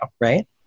right